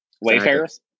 Wayfarers